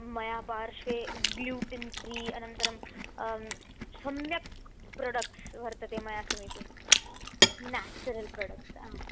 मया पार्श्वे gluten free अनन्तरं सम्यक् प्रोडक्ट्स् वर्तते मया समीपे न्याचुरल् प्रोडक्ट्स् हा